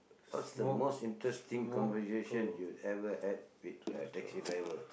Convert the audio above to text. what's the most interesting conversation you've ever had with a taxi driver